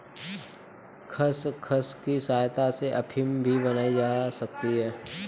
खसखस की सहायता से अफीम भी बनाई जा सकती है